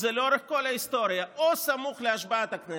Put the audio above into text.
עשו את זה לאורך כל ההיסטוריה או סמוך להשבעת הכנסת,